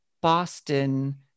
Boston